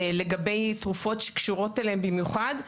במיוחד לגבי תרופות שקשורות אליהם,